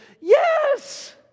Yes